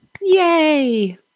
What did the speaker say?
Yay